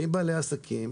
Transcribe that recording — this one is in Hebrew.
באים בעלי עסקים,